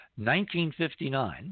1959